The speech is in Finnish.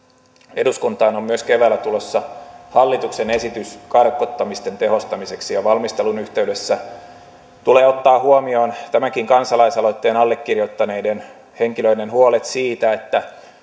eduskuntaan on keväällä tulossa myös hallituksen esitys karkottamisten tehostamiseksi ja valmistelun yhteydessä tulee ottaa huomioon tämänkin kansalaisaloitteen allekirjoittaneiden henkilöiden huolet siitä että